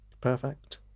Perfect